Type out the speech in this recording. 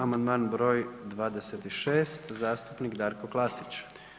Amandman br. 26, zastupnik Darko Klasić.